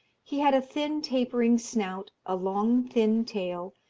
he had a thin tapering snout, a long thin tail,